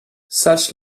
such